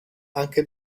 anche